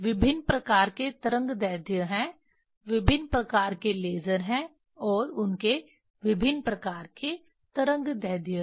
विभिन्न प्रकार के तरंगदैर्ध्य हैं विभिन्न प्रकार के लेज़र हैं और उनके विभिन्न प्रकार के तरंगदैर्ध्य हैं